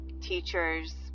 teachers